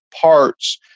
parts